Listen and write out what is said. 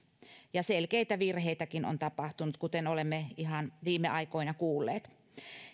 selkeitä virheitäkin on tapahtunut kuten olemme ihan viime aikoina kuulleet